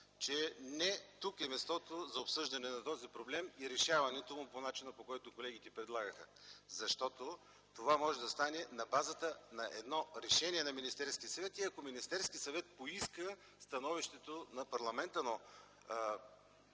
че не тук е мястото за обсъждане на този проблем и решаването му по начина, по който колегите предлагаха. Защото това може да стане на базата на едно решение на Министерския съвет и ако Министерският съвет поиска становището на парламента.